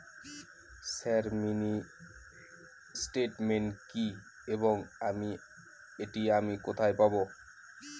Sir mini statement কি এবং এটি আমি কোথায় পাবো?